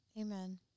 Amen